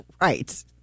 Right